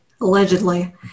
allegedly